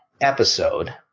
episode